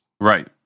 Right